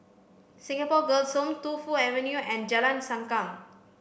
Singapore Girls' Home Tu Fu Avenue and Jalan Sankam